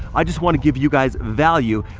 i just want to give you guys value.